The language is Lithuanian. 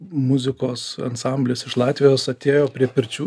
muzikos ansamblis iš latvijos atėjo prie pirčių